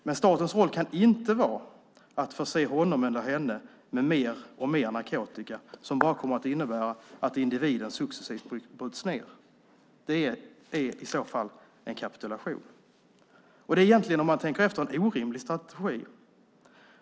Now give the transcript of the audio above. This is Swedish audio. Men statens roll kan inte vara att förse honom eller henne med mer och mer narkotika som bara kommer att innebära att individen successivt bryts ned. Det är i så fall en kapitulation. Om man tänker efter är det en orimlig strategi.